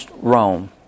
Rome